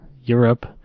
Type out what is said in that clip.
Europe